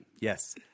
Yes